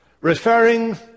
referring